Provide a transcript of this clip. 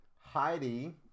Heidi